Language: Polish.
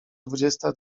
dwudziesta